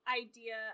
idea